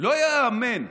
לא ייאמן.